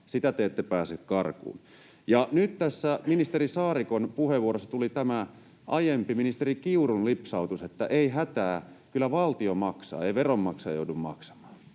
sitä te ette pääse karkuun. Nyt ministeri Saarikon puheenvuorossa tuli tämä aiempi ministeri Kiurun lipsautus, että ei hätää, kyllä valtio maksaa, ei veronmaksaja joudu maksamaan.